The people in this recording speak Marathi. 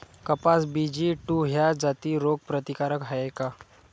कपास बी.जी टू ह्या जाती रोग प्रतिकारक हाये का?